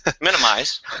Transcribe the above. minimize